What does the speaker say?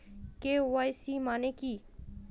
KYC মানে কী?